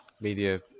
media